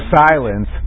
silence